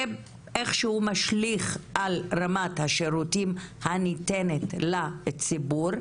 כל זה איך שהוא משליך על רמת השירות הניתנת לציבור.